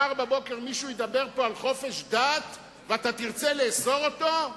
מחר בבוקר מישהו ידבר פה על חופש דת ותרצה לאסור אותו?